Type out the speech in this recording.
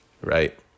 right